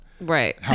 Right